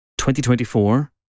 2024